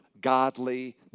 godly